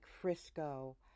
Frisco